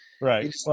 Right